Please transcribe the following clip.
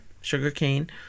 sugarcane